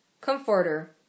Comforter